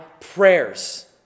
prayers